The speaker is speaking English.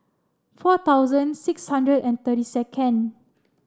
four thousand six hundred and thirty second